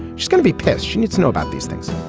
she's gonna be pissed. she needs to know about these things.